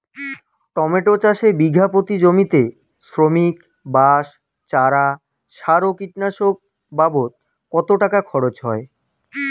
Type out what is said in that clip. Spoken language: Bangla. টমেটো চাষে বিঘা প্রতি জমিতে শ্রমিক, বাঁশ, চারা, সার ও কীটনাশক বাবদ কত টাকা খরচ হয়?